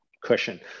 cushion